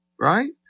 right